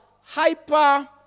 hyper